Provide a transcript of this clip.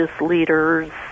leaders